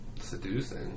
seducing